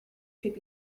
could